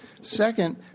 Second